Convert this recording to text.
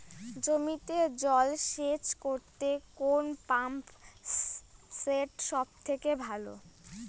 জমিতে জল সেচ করতে কোন পাম্প সেট সব থেকে ভালো?